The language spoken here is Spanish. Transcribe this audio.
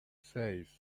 seis